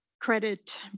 credit